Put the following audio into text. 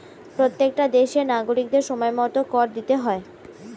প্রত্যেকটা দেশের নাগরিকদের সময়মতো কর দিতে হয়